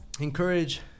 encourage